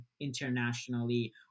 internationally